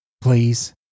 please